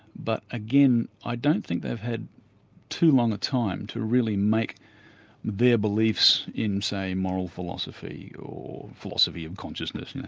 but again, i don't think they've had too long a time to really make their beliefs in say moral philosophy, or philosophy and consciousness,